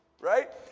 right